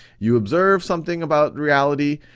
you observe something about reality,